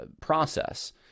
process